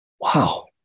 Wow